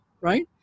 right